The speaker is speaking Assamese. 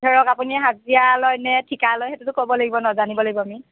ধৰক আপুনি হাজিৰা লয় নে ঠিকা লয় সেইটোতো ক'ব লাগিব ন জানিব লাগিব আমি